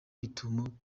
gitumo